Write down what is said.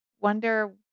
wonder